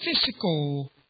physical